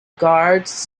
guards